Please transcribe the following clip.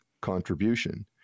contribution